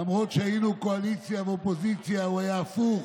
למרות שהיינו קואליציה ואופוזיציה, הוא היה הפוך,